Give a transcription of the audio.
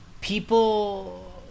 people